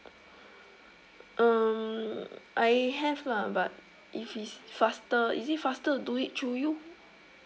um I have lah but if it's faster is it faster to do it through you